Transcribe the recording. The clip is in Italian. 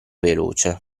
veloce